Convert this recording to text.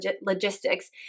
logistics